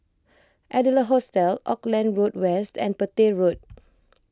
Adler Hostel Auckland Road West and Petir Road